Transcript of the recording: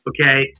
okay